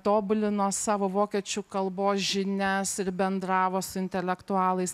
tobulino savo vokiečių kalbos žinias ir bendravo su intelektualais